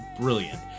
brilliant